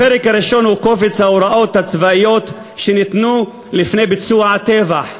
הפרק הראשון הוא קובץ ההוראות הצבאיות שניתנו לפני ביצוע הטבח: